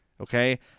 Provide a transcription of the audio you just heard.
Okay